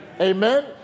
Amen